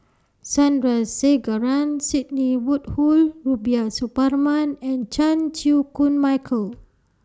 Sandrasegaran Sidney Woodhull Rubiah Suparman and Chan Chew Koon Michael